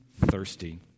thirsty